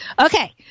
Okay